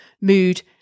mood